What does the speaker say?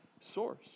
source